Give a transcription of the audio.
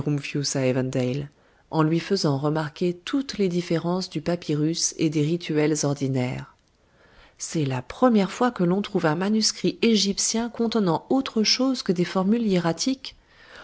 en lui faisant remarquer toutes les différences du papyrus et des rituels ordinaires c'est la première fois que l'on trouve un manuscrit égyptien contenant autre chose que des formules